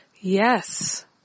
Yes